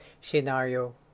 scenario